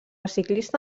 ciclista